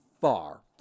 far